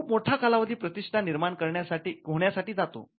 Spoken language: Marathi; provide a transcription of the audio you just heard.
खूप मोठा कालावधी प्रतिष्ठा निर्माण होण्यासाठी जातो